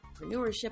entrepreneurship